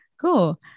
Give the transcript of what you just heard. Cool